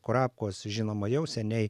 kurapkos žinoma jau seniai